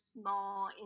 small